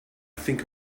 think